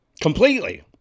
completely